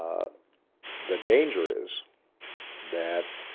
the danger is that